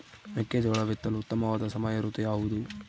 ಮೆಕ್ಕೆಜೋಳ ಬಿತ್ತಲು ಉತ್ತಮವಾದ ಸಮಯ ಋತು ಯಾವುದು?